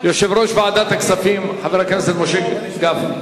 יושב-ראש ועדת הכספים, חבר הכנסת משה גפני.